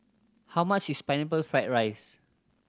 how much is Pineapple Fried rice